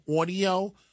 audio